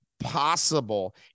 Possible